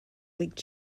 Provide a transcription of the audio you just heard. leaked